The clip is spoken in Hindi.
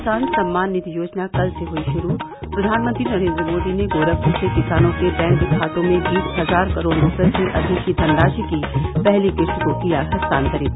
किसान सम्मान निधि योजना कल से हुई शुरू प्रधानमंत्री नरेन्द्र मोदी ने गोरखपुर से किसानों के बैंक खातों में बीस हजार करोड़ रूपये से अधिक की धनराशि की पहली किस्त को किया हस्तांतरित